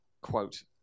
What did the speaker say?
quote